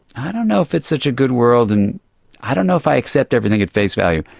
i don't know if it's such a good world and i don't know if i accept everything at face value.